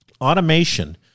Automation